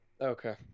okay